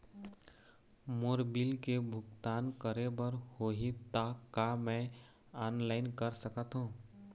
मोर बिल के भुगतान करे बर होही ता का मैं ऑनलाइन कर सकथों?